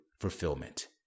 fulfillment